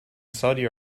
saudi